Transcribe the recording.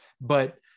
But-